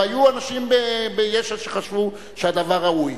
והיו אנשים ביש"ע שחשבו שהדבר ראוי.